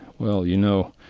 well, you know,